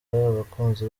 abakunzi